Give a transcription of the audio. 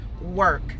work